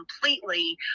completely